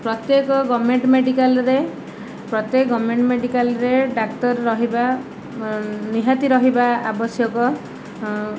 ପ୍ରତ୍ୟେକ ଗଭର୍ଣ୍ଣମେଣ୍ଟ୍ ମେଡ଼ିକାଲ୍ରେ ପ୍ରତ୍ୟେକ ଗଭର୍ଣ୍ଣମେଣ୍ଟ୍ ମେଡ଼ିକାଲ୍ରେ ଡାକ୍ତର ରହିବା ନିହାତି ରହିବା ଆବଶ୍ୟକ